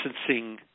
licensing